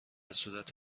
صورت